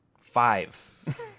five